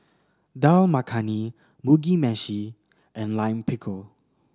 Dal Makhani Mugi Meshi and Lime Pickle